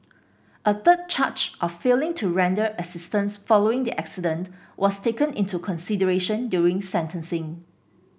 a third charge of failing to render assistance following the accident was taken into consideration during sentencing